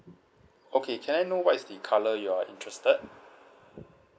okay can I know what is the colour you're interested